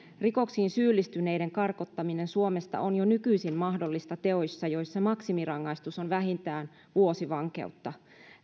rikoksiin syyllistyneiden karkottaminen suomesta on jo nykyisin mahdollista teoissa joissa maksimirangaistus on vähintään vuosi vankeutta